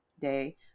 day